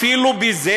אפילו בזה?